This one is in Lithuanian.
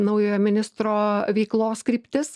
naujojo ministro veiklos kryptis